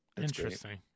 interesting